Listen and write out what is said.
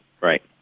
right